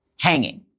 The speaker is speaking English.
hanging